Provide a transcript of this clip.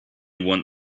want